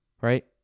Right